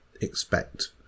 expect